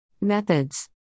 Methods